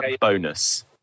bonus